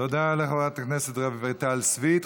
תודה לחברת הכנסת רויטל סויד.